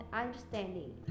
understanding